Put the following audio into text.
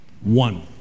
one